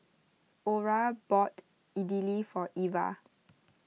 Orah bought Idili for Eva